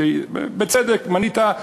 שבצדק מנית,